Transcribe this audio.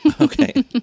okay